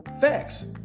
facts